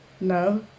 No